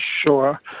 Sure